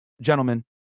gentlemen